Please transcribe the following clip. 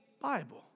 Bible